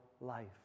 life